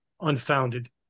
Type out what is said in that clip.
unfounded